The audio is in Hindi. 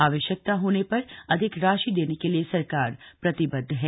आवश्यकता होने पर अधिक राशि देने के लिए सरकार प्रतिबद्ध है